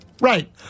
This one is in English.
Right